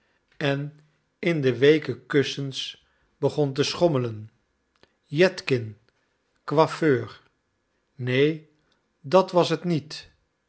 en in de weeke kussens begon te schommelen jätkin coiffeur neen dat was het niet